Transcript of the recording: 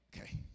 Okay